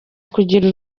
kugira